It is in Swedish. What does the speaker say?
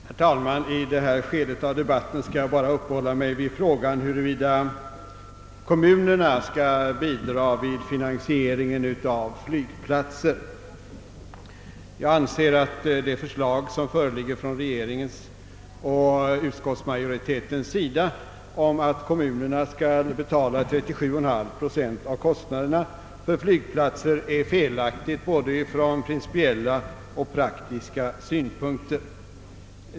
Herr talman! I detta skede av debatten skall jag bara uppehålla mig vid frågan huruvida kommunerna skall bidra till finansieringen av flygplatser. Jag anser att regeringens och utskottsmajoritetens förslag att kommunerna skall betala 37,5 procent av kostnaderna för byggnader och anläggningar vid flygplatser är felaktigt ur både principiella och praktiska synpunkter.